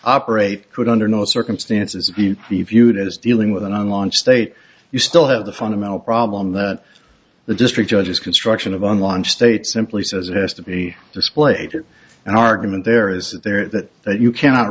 operate could under no circumstances be reviewed as dealing with an online state you still have the fundamental problem that the district judges construction of on launch state simply says it has to be displayed at an argument there is there that you cannot